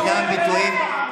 ישנם ביטויים,